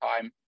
time